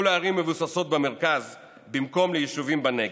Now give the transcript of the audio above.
לערים מבוססות במרכז במקום ליישובים בנגב.